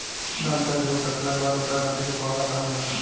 धान चाहे गेहू काटला के बाद ओकरा डाटी के पुआरा कहल जाला